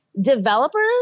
Developers